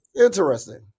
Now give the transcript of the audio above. Interesting